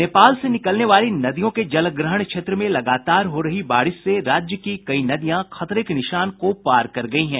नेपाल से निकलने वाली नदियों के जलग्रहण क्षेत्र में लगातार हो रही बारिश से राज्य की कई नदियाँ खतरे के निशान को पार कर गयी हैं